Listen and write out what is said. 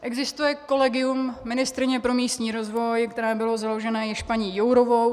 Existuje kolegium ministryně pro místní rozvoj, které bylo založeno již paní Jourovou.